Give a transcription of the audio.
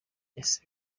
ese